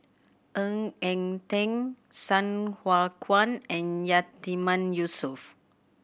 Ng Eng Teng Sai Hua Kuan and Yatiman Yusof